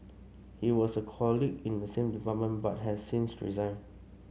he was a colleague in the same department but has since resigned